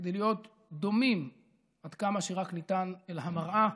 כדי להיות דומים עד כמה שרק ניתן אל המראה,